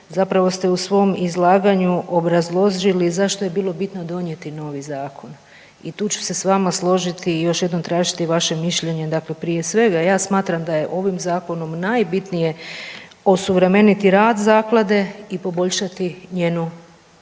zapravo ste u svom izlaganju obrazložili zašto je bilo bitno donijeti novi zakon i tu ću se s vama složiti i još jednom tražiti vaše mišljenje. Dakle, prije svega ja smatram da je ovim zakonom najbitnije osuvremeniti rad zaklade i poboljšati njenu